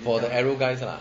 for the arrow guys lah